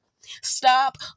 Stop